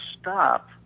stop